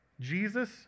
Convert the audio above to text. Jesus